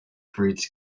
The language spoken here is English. breeds